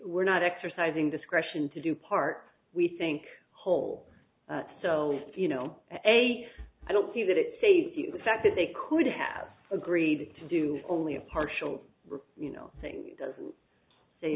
we're not exercising discretion to do part we think whole so you know a i don't see that it states the fact that they could have agreed to do only a partial you know thing doesn't s